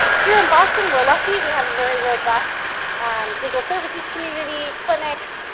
here in boston, we're lucky. we have a very robust legal services community, clinics.